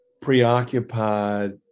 preoccupied